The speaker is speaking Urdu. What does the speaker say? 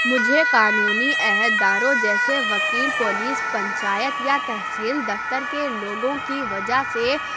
مجھے قانونی عہدہ داروں جیسے وکیل پولیس پنچایت یا تحصیل دفتر کے لوگوں کی وجہ سے